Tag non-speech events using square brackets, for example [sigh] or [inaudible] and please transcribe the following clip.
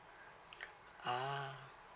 [breath] ah